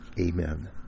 Amen